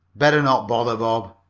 better not bother, bob.